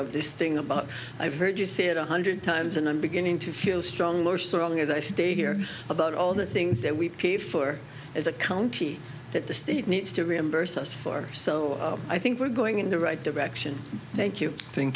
of this thing about i've heard you say it one hundred times and i'm beginning to feel stronger strong as i stay here about all the things that we pay for as a county that the state needs to reimburse us for so i think we're going in the right direction thank you